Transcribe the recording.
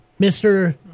Mr